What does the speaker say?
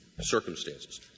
circumstances